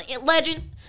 Legend